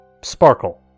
Sparkle